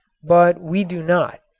but we do not.